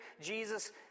Jesus